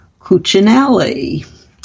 Cuccinelli